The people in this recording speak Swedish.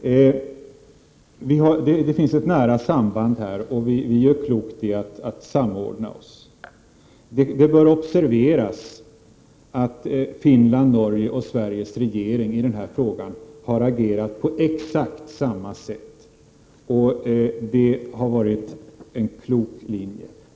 Det finns ett nära samband och vi gör klokt i att samordna oss. Det bör observeras att Finlands, Norges och Sveriges regeringar i denna 47 fråga har agerat på exakt samma sätt, vilket har varit en klok linje att följa.